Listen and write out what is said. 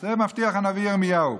את זה מבטיח הנביא ירמיהו.